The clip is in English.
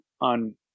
on